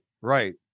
right